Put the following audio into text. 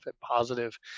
Positive